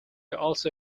also